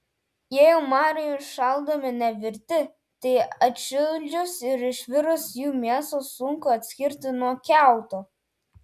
jei omarai užšaldomi nevirti tai atšildžius ir išvirus jų mėsą sunku atskirti nuo kiauto